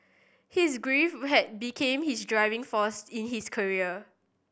his grief had become his driving force in his career